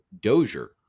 Dozier